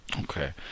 okay